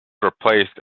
replaced